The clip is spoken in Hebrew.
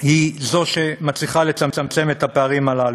היא זו שמצליחה לצמצם את הפערים הללו.